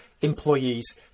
employees